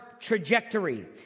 trajectory